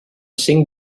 cinc